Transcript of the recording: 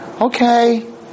Okay